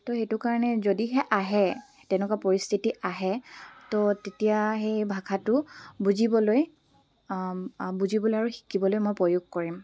তো সেইটো কাৰণে যদিহে আহে তেনেকুৱা পৰিস্থিতি আহে তো তেতিয়া সেই ভাষাটো বুজিবলৈ বুজিবলৈ আৰু শিকিবলৈ মই প্ৰয়োগ কৰিম